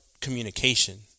communication